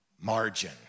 margin